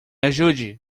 ajude